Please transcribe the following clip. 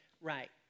right